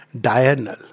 Diurnal